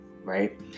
right